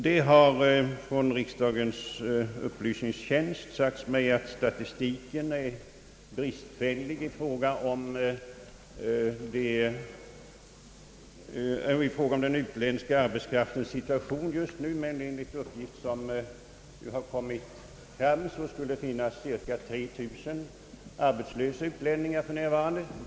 Det har från riksdagens upplysningstjänst sagts mig att statistiken är bristfällig i fråga om den utländska arbetskraftens situation just nu, men enligt uppgift skall det finnas cirka 3 000 arbetslösa utlänningar för närvarande här i landet.